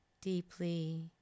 deeply